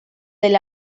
del